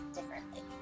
Differently